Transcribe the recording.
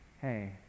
hey